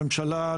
לממשלה,